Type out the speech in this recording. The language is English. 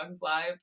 live